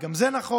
וגם זה נכון.